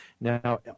now